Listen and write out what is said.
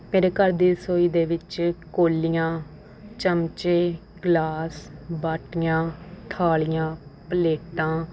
ਮੇਰੇ ਘਰ ਦੀ ਰਸੋਈ ਦੇ ਵਿੱਚ ਕੌਲੀਆਂ ਚਮਚੇ ਗਲਾਸ ਬਾਟੀਆਂ ਥਾਲੀਆਂ ਪਲੇਟਾਂ